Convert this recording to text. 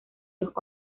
los